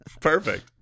Perfect